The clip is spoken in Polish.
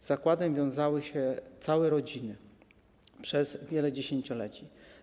Z zakładem wiązały się całe rodziny przez wiele dziesięcioleci.